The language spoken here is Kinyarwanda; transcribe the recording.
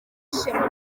zihishe